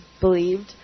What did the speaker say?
believed